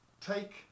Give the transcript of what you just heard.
Take